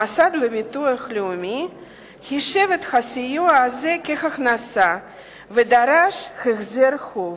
המוסד לביטוח לאומי חישב את הסיוע הזה כהכנסה ודרש החזר חוב.